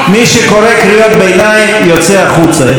מי שקורא קריאות ביניים יוצא החוצה,